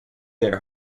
their